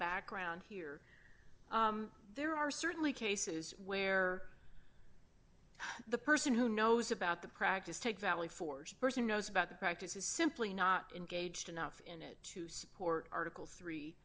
background here there are certainly cases where the person who knows about the practice take valley forge person knows about the practice is simply not engaged enough in it to support article three